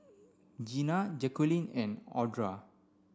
Gina Jaqueline and Audra